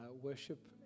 worship